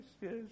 yes